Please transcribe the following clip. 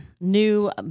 new